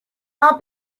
our